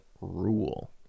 rule